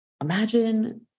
imagine